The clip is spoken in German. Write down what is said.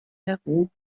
peru